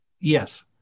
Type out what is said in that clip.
Yes